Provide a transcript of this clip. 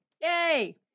Yay